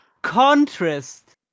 contrast